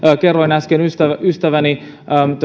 kerroin äsken ystäväni ystäväni